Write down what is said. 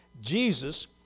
Jesus